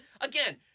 again